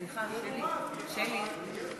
סליחה, שלי, שלי.